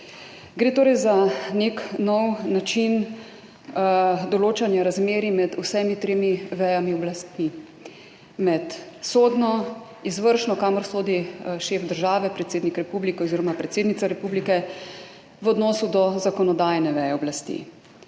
Gre torej za nek nov način določanja razmerij med vsemi tremi vejami oblasti, med sodno, izvršno, kamor sodi šef države, predsednik republike oziroma predsednica republike,